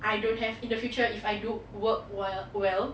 I don't have in the future if I don't work work well